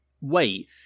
wait